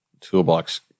toolbox